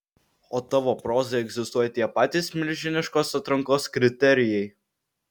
o tavo prozai egzistuoja tie patys milžiniškos atrankos kriterijai